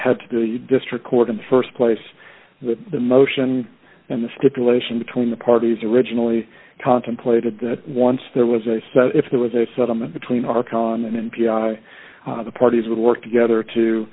to the district court in the st place the motion and the stipulation between the parties originally contemplated that once there was a if there was a settlement between our come on and the parties would work together to